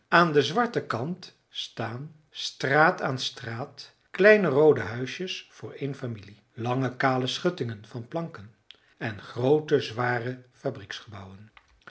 aan den zwarten kant staan straat aan straat kleine roode huisjes voor één familie lange kale schuttingen van planken en groote zware